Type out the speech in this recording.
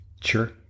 Sure